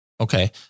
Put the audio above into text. Okay